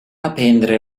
aprendre